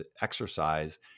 exercise